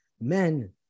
men